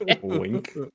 Wink